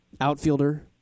outfielder